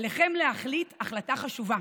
עליכם להחליט החלטה חשובה,